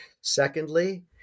Secondly